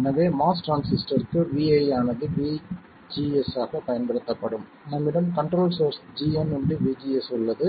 எனவே MOS டிரான்சிஸ்டருக்கு vi ஆனது vGS ஆகப் பயன்படுத்தப்படும் நம்மிடம் கண்ட்ரோல் சோர்ஸ் gm vGS உள்ளது